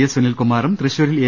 S Sunil കുമാറും തൃശൂരിൽ A